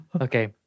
Okay